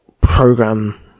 program